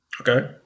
okay